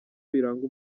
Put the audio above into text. biranga